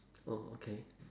oh okay